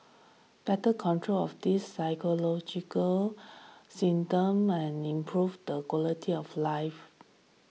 better control of these physiological symptoms and improve the quality of life